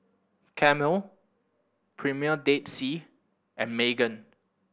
Camel Premier Dead Sea and Megan